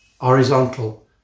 Horizontal